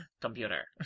Computer